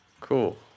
cool